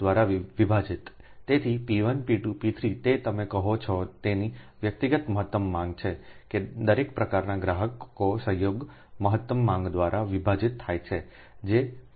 તેથી P1 P2 P3 તે તમે કહો છોતેની વ્યક્તિગતમહત્તમ માંગ છે કે દરેક પ્રકારનાં ગ્રાહકો સંયોગ મહત્તમ માંગ દ્વારા વિભાજિત થાય છે જે Pcયોગ્ય છે